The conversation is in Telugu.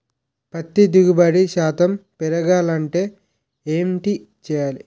పత్తి దిగుబడి శాతం పెరగాలంటే ఏంటి చేయాలి?